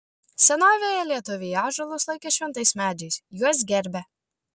senovėje lietuviai ąžuolus laikė šventais medžiais juos gerbė